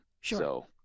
Sure